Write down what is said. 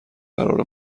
قرار